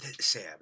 Sam